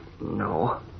no